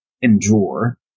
endure